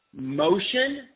motion